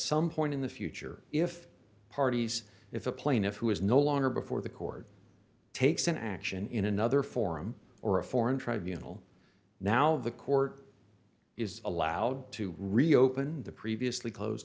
some point in the future if parties if a plaintiff who is no longer before the court takes an action in another forum or a foreign tribunals now the court is allowed to reopen the previously closed